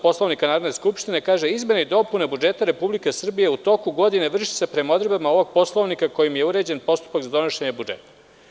Poslovnika Narodne skupštine se kaže – izmene i dopune budžeta Republike Srbije u toku godine vrši se prema odredbama ovog Poslovnika kojim je uređen postupak za donošenje budžeta.